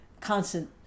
constant